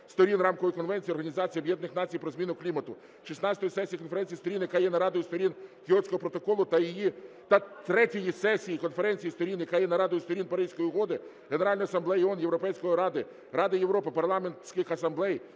Сторін Рамкової конвенції ООН про зміну клімату, 16-ї сесії Конференції Сторін, яка є нарадою Сторін Кіотського протоколу, та 3-ї сесії Конференції Сторін, яка є нарадою Сторін Паризької угоди, Генасамблеї ООН, ЄС, Ради Європи, парламентських асамблей,